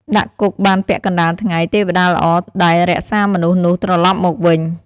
ដាក់គុកបានពាក់កណ្តាលថ្ងៃ ទេវតាល្អដែលរក្សាមនុស្សនោះត្រឡប់មកវិញ ។